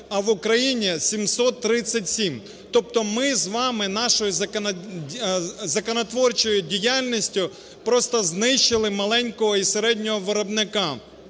а в Україні – 737. Тобто ми з вами нашою законотворчою діяльністю просто знищили маленького і середнього виробника.